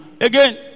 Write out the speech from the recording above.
Again